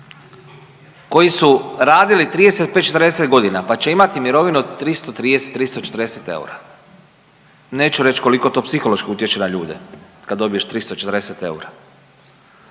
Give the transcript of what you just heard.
koji su radili 35, 40 godina pa će imati mirovinu od 330, 340 eura. Neću reći koliko to psihološki utječe na ljude kad dobiješ 340 eura,